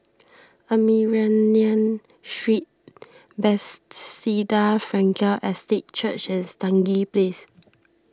Armenian Street Frankel Estate Church and Stangee Place